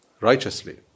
Righteously